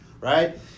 right